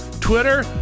Twitter